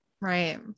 right